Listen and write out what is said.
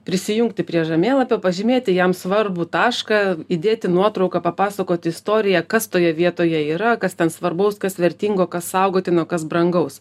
prisijungti prie žemėlapio pažymėti jam svarbų tašką įdėti nuotrauką papasakoti istoriją kas toje vietoje yra kas ten svarbaus kas vertingo kas saugotino kas brangaus